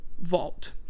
vault